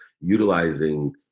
utilizing